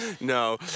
No